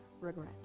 regret